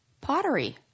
Pottery